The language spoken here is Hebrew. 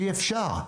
אי אפשר.